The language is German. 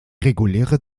reguläre